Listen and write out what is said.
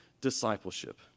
discipleship